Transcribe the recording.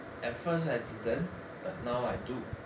at first I didn't but now I do